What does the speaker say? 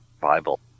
Bible